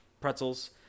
pretzels